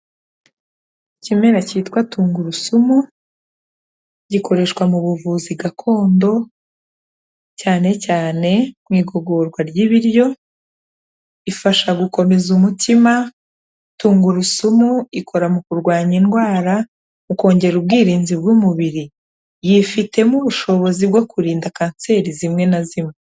Ikimera cyitwa tungurusumu gikoreshwa mu buvuzi gakondo cyane cyane mu igogurwa ry'ibiryo, ifasha mu gukomeza umutima, tungurusumu ikora mu kurwanya indwara mu kongera ubwirinzi bw'umubiri. Yifitemo ubushobozi bwo kurinda kanseri zimwe na zimwe.